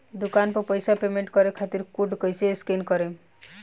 दूकान पर पैसा पेमेंट करे खातिर कोड कैसे स्कैन करेम?